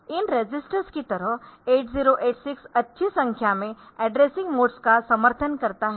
इन registers की तरह 8086 अच्छी संख्या में एड्रेसिंग मोड्स का समर्थन करता है